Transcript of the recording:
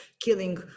killing